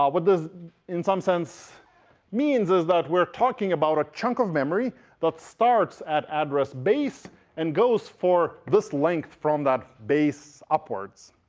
ah what this in some sense means is that we're talking about a chunk of memory that starts at address base and goes for this length from that base upwards.